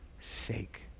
sake